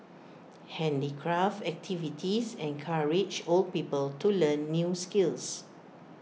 handicraft activities encourage old people to learn new skills